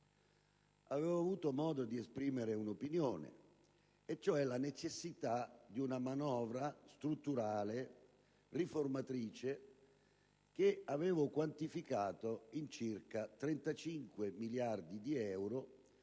avevo avuto modo di esprimere un'opinione, cioè la necessità di una manovra strutturale, riformatrice, che avevo quantificato in circa 35 miliardi di euro,